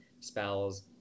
spells